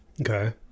okay